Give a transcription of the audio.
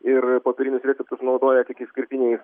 ir popierinius receptus naudoja tik išskirtiniais